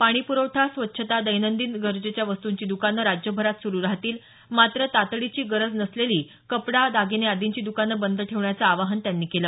पाणीप्रवठा स्वच्छता दैनंदिन गरजेच्या वस्तुंची दुकानं राज्यभरात सुरू राहतील मात्र तातडीची गरज नसलेली कपडा दागिने आदींची द्कानं बंद ठेवण्याचं आवाहन त्यांनी केलं